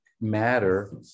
matter